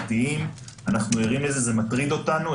ופרטיים, אנחנו ערים לזה, זה מטריד אותנו.